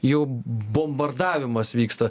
jau bombardavimas vyksta